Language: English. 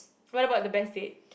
what about the best date